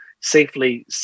safely